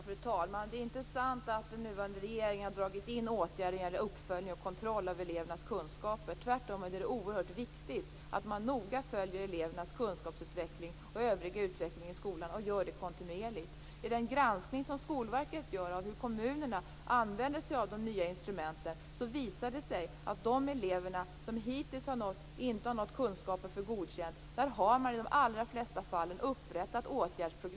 Fru talman! Det är inte sant att den nuvarande regeringen har dragit in åtgärder när det gäller uppföljning och kontroll av elevernas kunskaper. Tvärtom är det oerhört viktigt att man noga och kontinuerligt följer elevernas kunskapsutveckling och övriga utveckling i skolan. Skolverkets granskning av hur kommunerna använder sig av de nya instrumenten visar att man i de allra flesta fall har upprättat ett åtgärdsprogram för de elever som hittills inte har uppnått kunskaper för betyget Godkänd.